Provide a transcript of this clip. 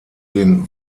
den